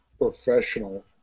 professional